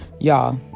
Y'all